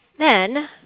then